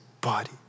body